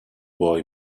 boy